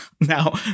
now